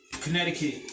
Connecticut